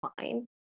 fine